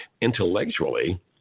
Intellectually